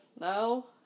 No